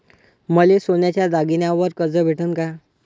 मले सोन्याच्या दागिन्यावर कर्ज भेटन का?